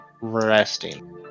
resting